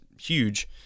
huge